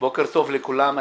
בוקר טוב לכולם,